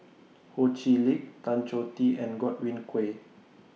Ho Chee Lick Tan Choh Tee and Godwin Koay